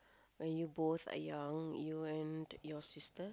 when you both are young you and your sister